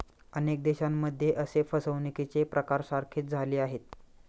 अनेक देशांमध्ये असे फसवणुकीचे प्रकार सारखेच झाले आहेत